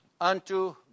Unto